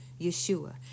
Yeshua